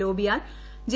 ലോബിയാൽ J